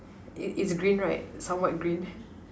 it it's green right somewhat green